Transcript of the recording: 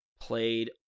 played